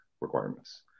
requirements